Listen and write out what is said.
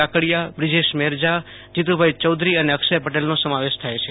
કાકડીયા બ્રીજેશ મરજા જીતુભાઈ ચાધરી અને અક્ષય પટેલનો સમાવેશ થાય છે